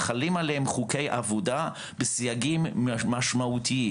חלים עליהם חוקי עבודה בסייגים משמעותיים.